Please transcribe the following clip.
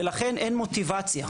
ולכן אין מוטיבציה.